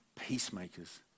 peacemakers